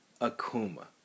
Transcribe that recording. Akuma